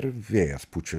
ir vėjas pučia